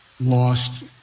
lost